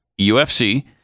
UFC